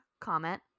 comment